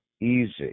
easy